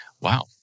wow